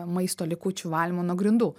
maisto likučių valymu nuo grindų